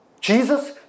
Jesus